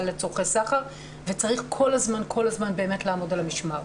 לצורכי סחר וצריך כל הזמן לעמוד על המשמר.